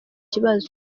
kibazo